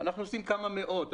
כמה מאות.